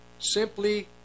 simply